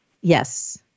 yes